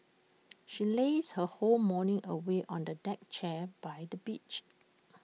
she lazed her whole morning away on A deck chair by the beach